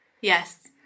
Yes